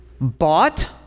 bought